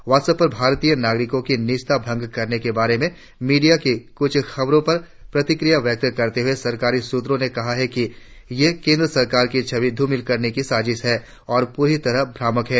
WhatsApp पर भारतीय नागरिकों की निजता भंग करने के बारे में मीडिया की कुछ खबरों पर प्रतिक्रिया व्यक्त करते हुए सरकारी सूत्रों ने कहा कि ये केंद्र सरकार की छवि धूमिल करने की साजिश है और पूरी तरह भ्रामक है